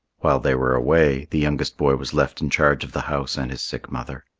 while they were away, the youngest boy was left in charge of the house and his sick mother.